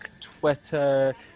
Twitter